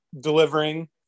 delivering